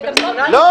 אדוני.